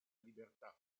libertà